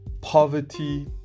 poverty